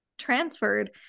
transferred